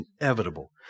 inevitable